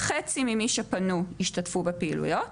חצי ממי שפנו השתתפו בפעילויות.